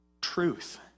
truth